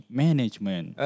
management